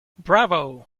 bravo